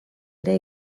ere